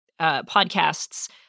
podcasts